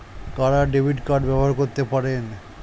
কারা debit card ব্যবহার করতে পারেন?